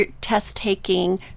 test-taking